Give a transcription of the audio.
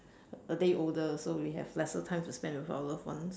a day older so we have lesser time to spend with our love ones